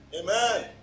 Amen